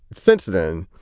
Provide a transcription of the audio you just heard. since then.